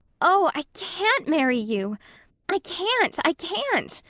oh, i can't marry you i can't i can't,